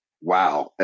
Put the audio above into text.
wow